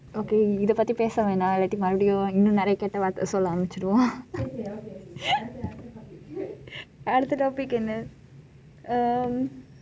இதை பற்றி பேச வேண்டாம் இல்லாட்டி மறுபடியும் இன்னும் நிறைய கெட்ட வார்த்தை சொல்ல ஆரம்பிச்சிடுவோம்:ithai patri pesa vendam illati marupadiyum innum niraiya ketta vaarthai solla arambichiduvom okay அடுத்த:adutha topic என்ன:enna um